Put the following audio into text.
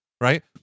right